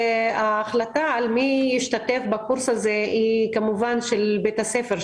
ההחלטה לגבי מי שישתתף בקורס הזה היא כמובן של בית הספר,